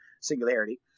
singularity